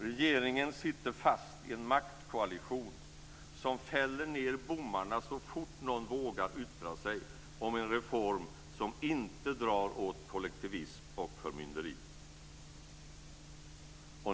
Regeringen sitter fast i en maktkoalition som fäller ned bommarna så fort någon vågar yttra sig om en reform som inte drar åt kollektivism och förmynderi.